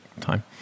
time